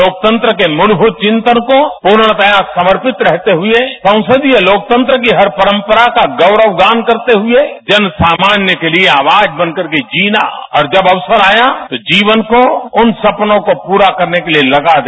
लोकतंत्र के मूलभूत चिंतन को पूर्णतया समर्पित रहते हुए संसदीय लोकतंत्र की हर परम्परा को गौरवगान करते हुए जन सामान्य के लिए आवाज तन करके जीना और अवसर आया जीवन को उन सपनों को पूरा करने के लिए लगा दे